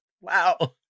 Wow